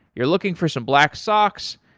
you're looking for some black socks,